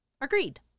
Agreed